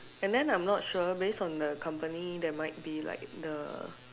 and then I'm not sure based on the company there might be like the